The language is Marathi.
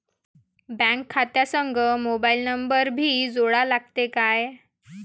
बँक खात्या संग मोबाईल नंबर भी जोडा लागते काय?